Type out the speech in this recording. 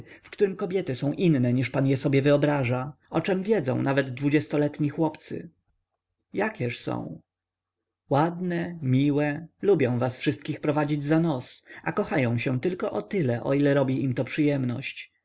w którym kobiety są inne niż pan je sobie wyobraża o czem wiedzą nawet dwudziestoletni chłopcy jakież są ładne miłe lubią was wszystkich prowadzić za nos a kochają się tylko o tyle o ile robi im to przyjemność